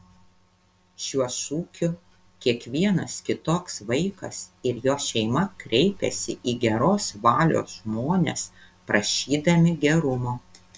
šiuo šūkiu kiekvienas kitoks vaikas ir jo šeima kreipiasi į geros valios žmones prašydami gerumo